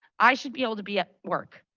i should be able to be at work.